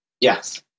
Yes